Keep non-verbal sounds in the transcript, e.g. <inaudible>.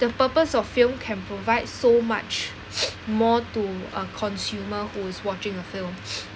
the purpose of film can provide so much <breath> more to a consumer who is watching a film <breath>